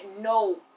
no